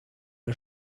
are